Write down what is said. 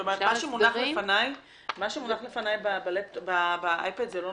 זאת אומרת שמה שמונח לפניי באייפד לא נכון.